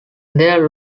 their